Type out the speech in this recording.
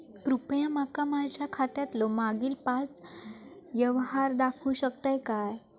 कृपया माका माझ्या खात्यातलो मागील पाच यव्हहार दाखवु शकतय काय?